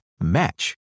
match